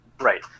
Right